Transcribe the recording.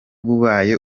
bubaye